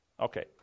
Okay